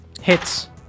Hits